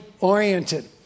oriented